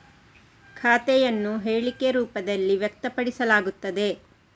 ಖಾತೆಯನ್ನು ಹೇಳಿಕೆ ರೂಪದಲ್ಲಿ ವ್ಯಕ್ತಪಡಿಸಲಾಗುತ್ತದೆ